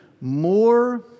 more